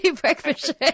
breakfast